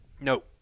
No